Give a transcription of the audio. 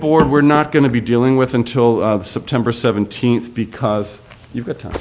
board we're not going to be dealing with until september seventeenth because you've got t